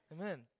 Amen